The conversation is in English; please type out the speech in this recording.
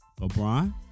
LeBron